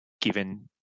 given